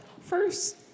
first